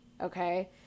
okay